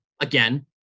again